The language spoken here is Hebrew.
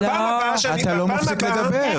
בפעם הבאה -- אתה לא מפסיק לדבר.